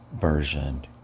version